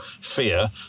fear